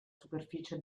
superficie